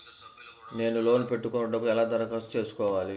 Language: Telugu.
నేను లోన్ పెట్టుకొనుటకు ఎలా దరఖాస్తు చేసుకోవాలి?